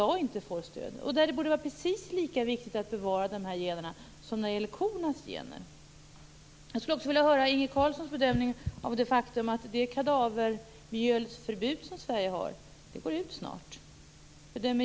Det borde vara precis lika viktigt att bevara de generna som kornas gener. Jag vill höra Inge Carlssons bedömning av det faktum att förbudet mot kadavermjöl i Sverige går ut snart.